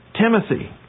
Timothy